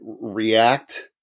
react